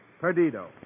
Perdido